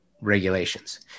regulations